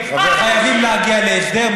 חייבים להגיע להסדר,